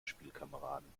spielkameraden